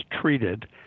treated